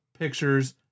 pictures